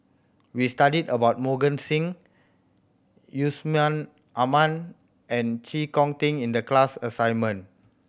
we studied about Mohan Singh Yusman Aman and Chee Kong Tet in the class assignment